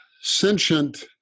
sentient